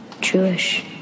Jewish